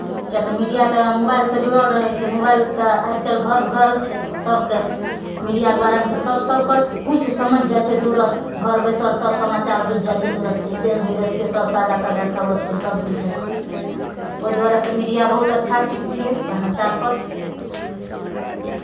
किएक तऽ मीडिया तऽ मोबाइलसँ जुड़ल रहै छै मोबाइल तऽ आजकल घर घर छै सभके मीडियाके बारेमे तऽ सभकेँ सभकिछु किछु समझि जाइ छै तुरत घर बैसल सभ समाचार बुझि जाइ छै तुरन्ते देश विदेशके सभटा ताजा ताजा खबरिसभ बुझि जाइ छै ओहि दुआरे सभ मीडिया बहुत अच्छा चीज छियै समाचार पत्र